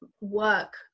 work